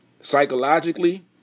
psychologically